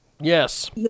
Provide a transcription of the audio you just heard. Yes